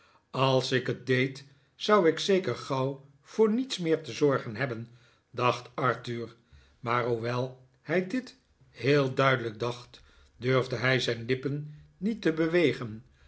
als ik het deed zou ik zeker gauw voor niets meer te zorgen hebben dacht arthur maar hoewel hij dit heel duidelijk dacht durfde hij zijn lippen niet te bewegen